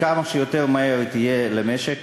כמה שיותר מהר היא תהיה למשק,